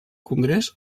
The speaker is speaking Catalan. congrés